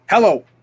Hello